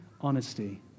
honesty